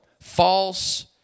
false